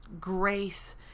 grace